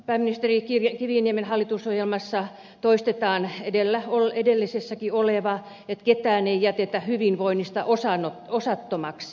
pääministeri kiviniemen hallitusohjelmassa toistetaan edellisessäkin hallitusohjelmassa oleva asia että ketään ei jätetä hyvinvoinnista osattomaksi